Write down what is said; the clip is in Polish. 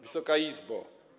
Wysoka Izbo!